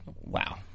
wow